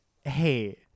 hey